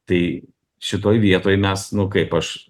tai šitoj vietoj mes nu kaip aš